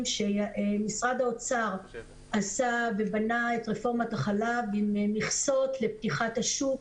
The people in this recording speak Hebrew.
כשמשרד האוצר בנה את רפורמת החלב עם מכסות לפתיחת השוק,